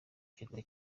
kirwa